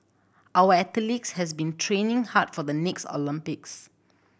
our athletes has been training hard for the next Olympics